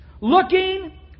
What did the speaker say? Looking